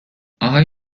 آهای